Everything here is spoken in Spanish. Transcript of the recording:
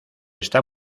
está